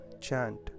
chant